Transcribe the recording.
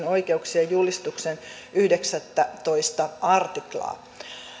oikeuksien julistuksen yhdeksästoista artiklaa